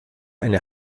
eine